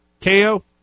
KO